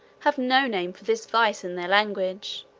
have no name for this vice in their language,